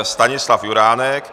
Stanislav Juránek.